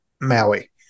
Maui